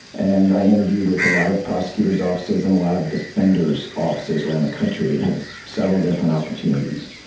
and i interviewed with a lot of prosecutor's offices, and a lot of defender's offices around the country, and had several different opportunities.